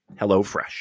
HelloFresh